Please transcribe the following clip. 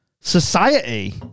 society